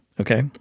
Okay